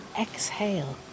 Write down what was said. exhale